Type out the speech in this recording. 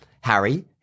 Harry